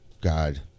God